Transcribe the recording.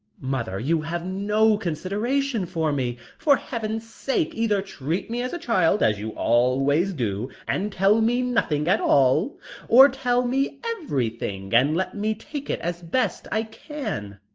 mother you have no consideration for me. for heaven's sake either treat me as a child, as you always do, and tell me nothing at all or tell me everything and let me take it as best i can.